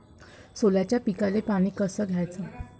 सोल्याच्या पिकाले पानी कस द्याचं?